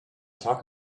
talk